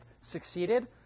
succeeded